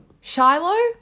Shiloh